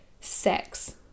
sex